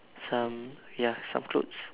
some ya some clothes